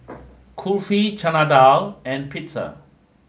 Kulfi Chana Dal and Pizza